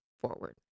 forward